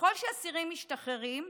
ככל שאסירים משתחררים,